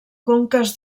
conques